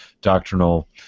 doctrinal